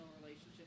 relationship